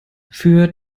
für